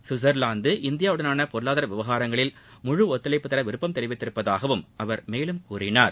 Switzerland இந்தியாவுடனான பொருளாதார விவகாரங்களில் முழு ஒத்துழைப்பு தர விருப்பம் தெரிவித்துள்ளதாகவும் அவர் மேலும் கூறினார்